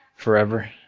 forever